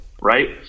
right